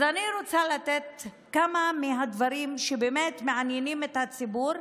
אז אני רוצה לתת כמה מהדברים שבאמת מעניינים את הציבור,